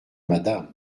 madame